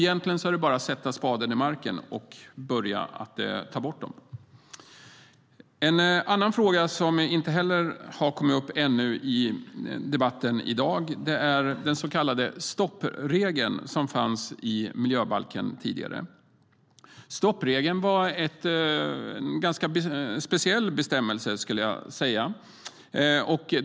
Egentligen är det bara att sätta spaden i marken och börja ta bort dem. En annan fråga som inte heller har kommit upp i dagens debatt ännu är den så kallade stoppregeln som fanns i miljöbalken tidigare. Stoppregeln var en ganska speciell bestämmelse.